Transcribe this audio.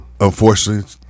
unfortunately